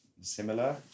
similar